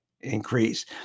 increase